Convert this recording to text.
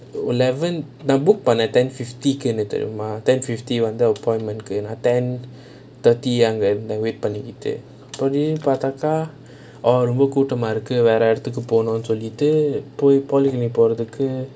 eleven I book on the ten fifty தெரியுமா:teriyumaa ten fifty one the appointment ten thirty அங்க இருந்தேன்:anga irunthaen wait பண்ணிட்டு அப்பிடி பாத்தாக்கா ரொம்ப கூட்டமா இருக்கு வேற இடத்துக்கு போனும் சொல்லிட்டு போய்:pannittu appidi paathaakaa romba kootamaa iruku vera idathuku ponum solittu poi polyclinic போறதுக்கு:porathukku